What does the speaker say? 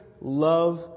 love